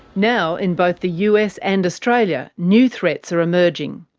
now, in both the us and australia, new threats are emerging.